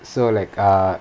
so like err